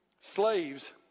Slaves